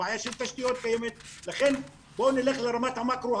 הבעיה של תשתית קיימת לכן בואו נלך לרמת המקרו,